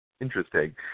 interesting